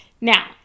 Now